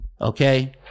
Okay